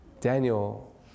Daniel